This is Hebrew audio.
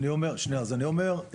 אז אני אומר,